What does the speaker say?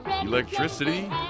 electricity